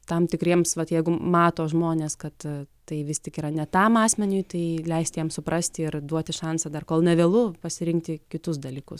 tam tikriems vat jeigu mato žmones kad tai vis tik yra ne tam asmeniui tai leisti jam suprasti ir duoti šansą dar kol nevėlu pasirinkti kitus dalykus